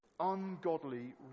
ungodly